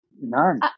None